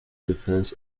defense